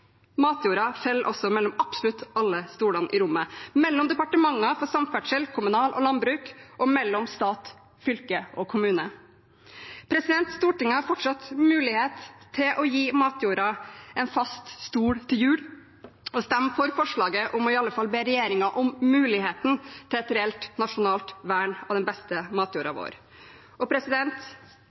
matjorda en stol, den faller mellom absolutt alle stolene i rommet: mellom departementene for samferdsel, kommunal og landbruk, og mellom stat, fylke og kommune. Stortinget har fortsatt mulighet til å gi matjorda en fast stol til jul, og stemme for forslaget om iallfall å be regjeringen om muligheten til et reelt nasjonalt vern av den beste matjorda vår. Vi har også muligheten til å gi Jovsset Ánte Sara og